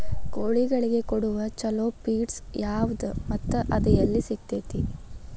ಕೋಳಿಗಳಿಗೆ ಕೊಡುವ ಛಲೋ ಪಿಡ್ಸ್ ಯಾವದ ಮತ್ತ ಅದ ಎಲ್ಲಿ ಸಿಗತೇತಿ?